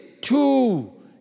two